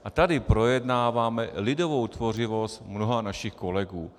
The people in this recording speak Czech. A tady projednáváme lidovou tvořivost mnoha našich kolegů.